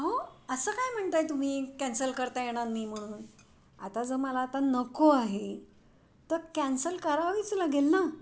अहो असं काय म्हणताय तुम्ही कॅन्सल करता येणार नाही म्हणून आता जर मला आता नको आहे तर कॅन्सल करावीच लागेल ना